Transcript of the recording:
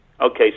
Okay